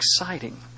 exciting